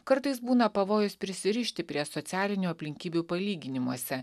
kartais būna pavojus prisirišti prie socialinių aplinkybių palyginimuose